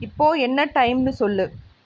இப்போது என்ன டைம்னு சொல்